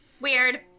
Weird